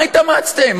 מה התאמצתם?